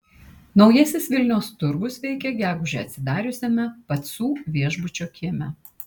naujasis vilniaus turgus veikia gegužę atsidariusiame pacų viešbučio kieme